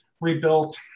rebuilt